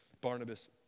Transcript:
Barnabas